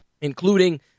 including